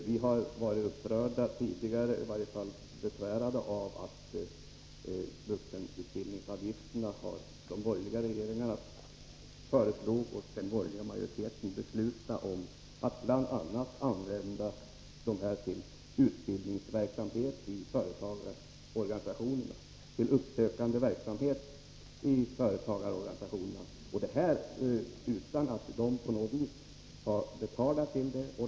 Vi har tidigare blivit upprörda av — eller i varje fall besvärats av — hur vuxenutbildningsavgifterna har använts. De borgerliga regeringarna föreslog och den borgerliga riksdagsmajoriteten beslutade att de bl.a. skulle användas för utbildningsverksamhet och uppsökande verksamhet i företagarorganisationerna, utan att dessa organisationer på något vis har bidragit till dessa medel.